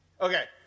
Okay